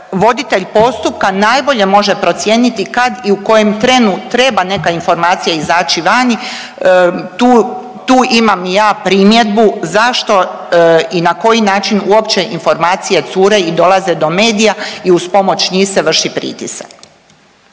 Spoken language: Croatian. Voditelj postupka najbolje može procijeniti kad i u kojem trenu treba neka informacija izaći vani, tu, tu imam i ja primjedbu zašto i na koji način uopće informacije cure i dolaze do medija i uz pomoć njih se vrši pritisak.